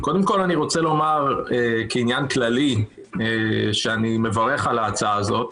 קודם כול, כעניין כללי, אני מברך על ההצעה הזאת.